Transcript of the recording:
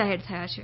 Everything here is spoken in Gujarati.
જાહેર થયા છે